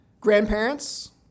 Grandparents